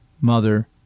mother